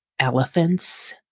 Elephants